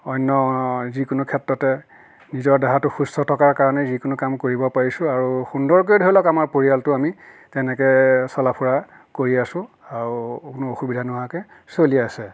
অন্য যিকোনো ক্ষেত্ৰতে নিজৰ দেহাটো সুস্থ থকাৰ কাৰণে যিকোনো কাম কৰিব পাৰিছোঁ আৰু সুন্দৰকৈ ধৰি লওক আমাৰ পৰিয়ালটো আমি তেনেকৈ চলা ফুৰা কৰি আছো আৰু কোনো অসুবিধা নোহোৱাকৈ চলি আছে